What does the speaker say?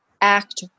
act